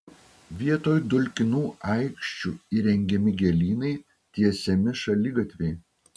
vietoj dulkinų aikščių įrengiami gėlynai tiesiami šaligatviai